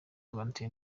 bwite